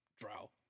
drow